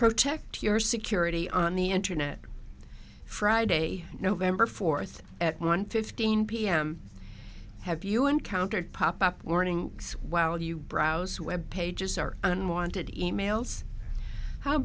protect your security on the internet friday november fourth at one fifteen pm have you encountered pop up warning while you browse web pages are unwanted emails how